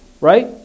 right